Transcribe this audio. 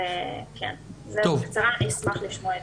זה בקצרה, אני אשמח לשמוע התייחסות.